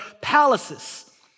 palaces